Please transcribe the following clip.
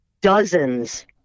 dozens